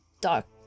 dark